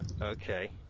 Okay